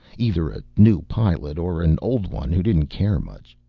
either a new pilot or an old one who didn't care much.